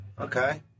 Okay